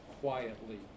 quietly